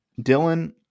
Dylan